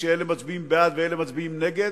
כשאלה מצביעים "בעד" ואלה מצביעים "נגד",